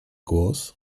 głos